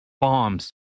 bombs